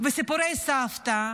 וסיפורי סבתא,